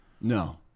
No